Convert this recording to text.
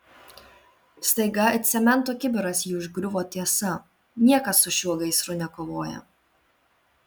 staiga it cemento kibiras jį užgriuvo tiesa niekas su šiuo gaisru nekovoja